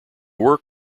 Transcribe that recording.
work